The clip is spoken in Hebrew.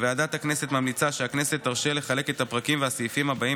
ועדת הכנסת ממליצה שהכנסת תרשה לחלק את הפרקים והסעיפים הבאים,